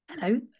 Hello